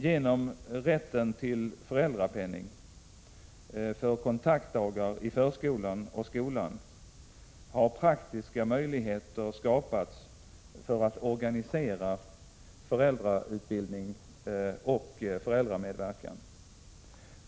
Genom rätten till föräldrapenning för kontaktdagar i förskolan och skolan har praktiska möjligheter skapats för att organisera föräldrasamverkan och föräldrautbildning.